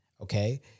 Okay